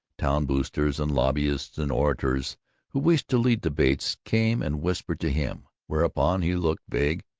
town-boosters and lobbyists and orators who wished to lead debates came and whispered to him, whereupon he looked vague,